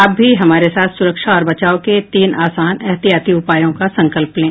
आप भी हमारे साथ सुरक्षा और बचाव के तीन आसान एहतियाती उपायों का संकल्प लें